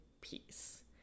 peace